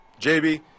JB